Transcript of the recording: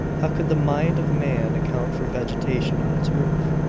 how could the mind of man account for vegetation on its roof?